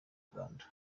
rwanda